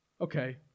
Okay